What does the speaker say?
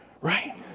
right